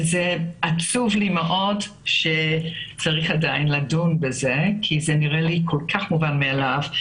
עצוב לי מאוד שצריך עדיין לדון בזה כי זה נראה לי מובן מאליו.